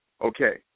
okay